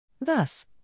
Thus